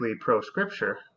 pro-Scripture